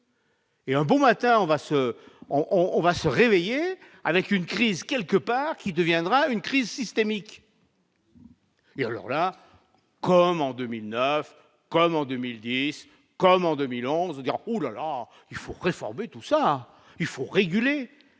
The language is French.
Et un bon matin on va se on on va se réveiller avec une crise quelque part qui deviendra une crise systémique. Mais alors là, comme en 2009 comme en 2010 comme en 2011 dire ou alors il faut réformer tout ça il faut réguler,